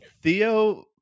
Theo